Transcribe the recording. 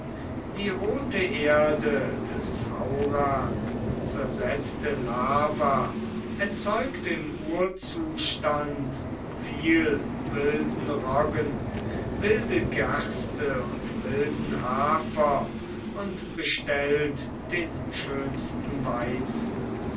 die rote erde des haurn zersetzte lava erzeugt im urzustand viel wilden roggen wilde gerste und wilden hafer und bestellt den schönsten weizen